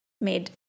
made